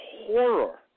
horror